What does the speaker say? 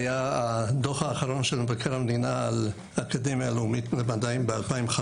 הדוח האחרון של המבקר על האקדמיה הלאומית היה ב-2005.